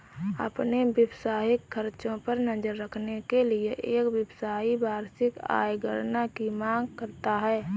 अपने व्यावसायिक खर्चों पर नज़र रखने के लिए, एक व्यवसायी वार्षिक आय गणना की मांग करता है